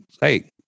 hey